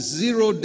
zero